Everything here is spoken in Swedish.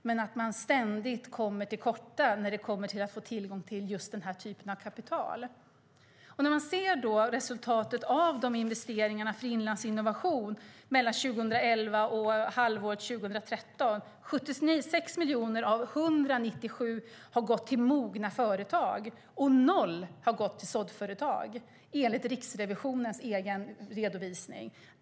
Men man kommer ständigt till korta när det handlar om att få tillgång till just denna typ av kapital. Resultatet av Inlandsinnovations investeringar mellan 2011 och första halvåret 2013 är att 6 miljoner kronor av 197 miljoner kronor har gått till mogna företag och noll har gått till såddföretag enligt Riksrevisionens egen redovisning.